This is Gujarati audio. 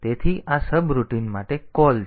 તેથી આ સબરૂટિન માટે કૉલ છે